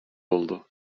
oldu